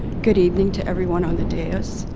good evening to everyone on the dais.